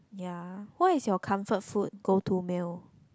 ya what is your comfort food go to meal